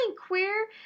queer